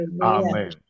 amen